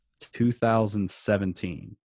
2017